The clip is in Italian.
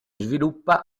sviluppa